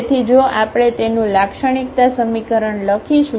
તેથી જો આપણે તેનું લાક્ષણિકતા સમીકરણ લખીશું